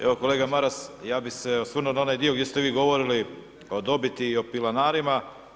Evo, kolega Maras, ja bih se osvrnuo na onaj dio gdje ste vi govorili o dobiti i o pilanarima.